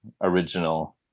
original